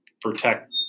protect